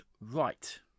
right